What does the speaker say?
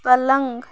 پَلنٛگ